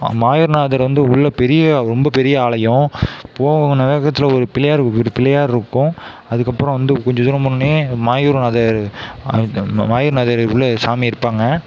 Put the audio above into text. மாயூரநாதர் வந்து உள்ள பெரிய ரொம்ப பெரிய ஆலயம் போன வேகத்தில் ஒரு பிள்ளையார் பிள்ளையார் இருக்கும் அதுக்கப்புறம் வந்து கொஞ்சம் தூரம் போனோன்னே மாயூரநாதர் மாயூரநாதர் உள்ள சாமி இருப்பாங்க